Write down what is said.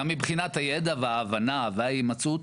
גם מבחינת הידע וההבנה וההימצאות,